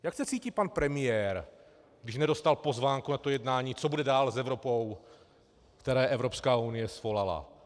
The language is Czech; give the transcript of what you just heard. Jak se cítí pan premiér, když nedostal pozvánku na to jednání, co bude dál s Evropou, které Evropská unie svolala?